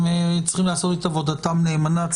אם צריכים לעשות את עבודתם נאמנה,